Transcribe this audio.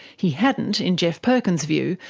he hadn't, in geoff perkins' view,